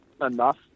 enough